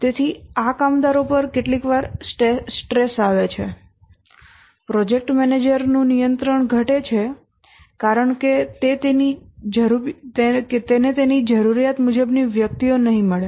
તેથી આ કામદારો પર કેટલીકવાર સ્ટ્રેસ આવે છે પ્રોજેક્ટ મેનેજરનું નિયંત્રણ ઘટે છે કારણ કે તેને તેની જરૂરિયાત મુજબની વ્યક્તિઓ નહીં મળે